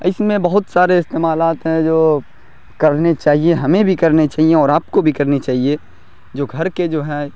اور اس میں بہت سارے استعمالات ہیں جو کرنے چاہیے ہمیں بھی کرنے چاہیے اور آپ کو بھی کرنے چاہیے جو گھر کے جو ہے